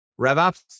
RevOps